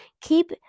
keep